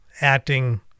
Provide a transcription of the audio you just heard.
acting